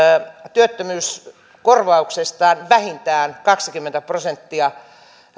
työttömyyskorvauksestaan vähintään kaksikymmentä prosenttia